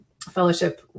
fellowship